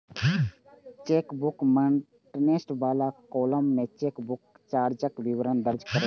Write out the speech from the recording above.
chequebook maintenance बला column मे chequebook चार्जक विवरण दर्ज रहै छै